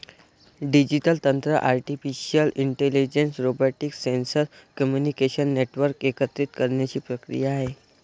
digital तंत्र artificial intelligence, robotics, sensor, communication network एकत्रित करण्याची प्रक्रिया आहे